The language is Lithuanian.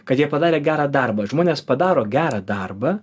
kad jie padarė gerą darbą žmonės padaro gerą darbą